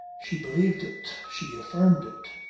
she believed it, she affirmed it.